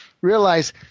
realize –